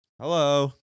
Hello